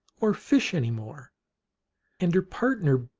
or fish any more and her partner,